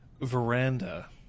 veranda